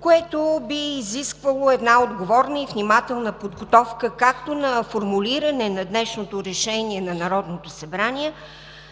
което би изисквало една отговорна и внимателна подготовка, както на формулиране на днешното решение на Народното събрание,